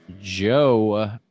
Joe